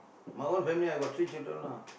my own family I got three children lah